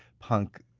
punk,